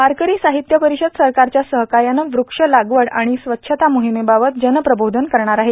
वारकरी साहित्य परिषद सरकारच्या सहकार्यानं वूक्ष लागवड आणि स्वच्छता मोहिमेबाबत जनप्रबोधन करणार आहे